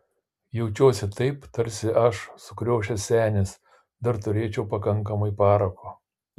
jaučiuosi taip tarsi aš sukriošęs senis dar turėčiau pakankamai parako